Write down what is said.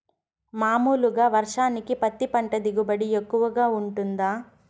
మామూలుగా వర్షానికి పత్తి పంట దిగుబడి ఎక్కువగా గా వుంటుందా?